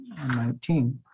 19